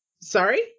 Sorry